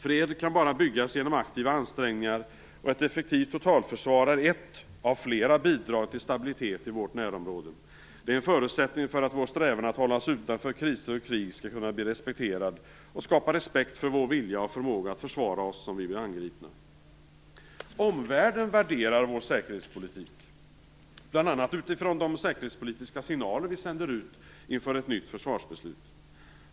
Fred kan bara byggas genom aktiva ansträngningar, och ett effektivt totalförsvar är ett av flera bidrag till stabilitet i vårt närområde. Det är en förutsättning för att vår strävan att hålla oss utanför kriser och krig skall kunna bli respekterad och för att skapa respekt för vår vilja och förmåga att försvara oss om vi blir angripna. Omvärlden värderar vår säkerhetspolitik bl.a. med utgångspunkt från de säkerhetspolitiska signaler vi sänder ut inför ett nytt försvarsbeslut.